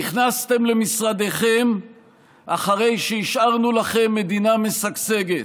נכנסתם למשרדיכם אחרי שהשארנו לכם מדינה משגשגת.